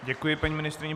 Děkuji paní ministryni.